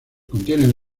contienen